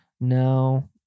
no